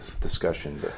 discussion